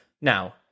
Now